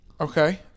Okay